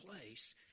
place